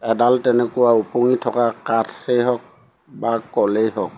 এডাল তেনেকুৱা উপঙী থকা কাঠেই হওক বা কলেই হওক